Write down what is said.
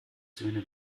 söhne